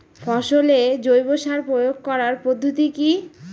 ফসলে জৈব সার প্রয়োগ করার পদ্ধতি কি?